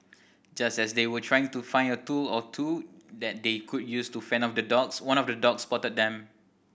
just as they were trying to find a tool or two that they could use to fend off the dogs one of the dogs spotted them